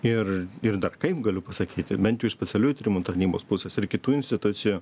ir ir dar kaip galiu pasakyti bent jau iš specialiųjų tyrimų tarnybos pusės ir kitų institucijų